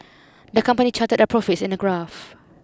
the company charted their profits in a graph